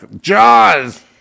Jaws